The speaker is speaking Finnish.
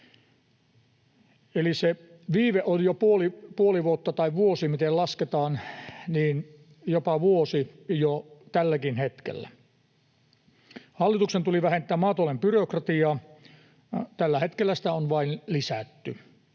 Eli se viive on jo puoli vuotta tai vuosi, miten lasketaan, jopa vuosi jo tälläkin hetkellä. Hallituksen tuli vähentää maatalouden byrokratiaa, tällä hetkellä sitä on vain lisätty.